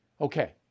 Okay